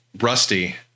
Rusty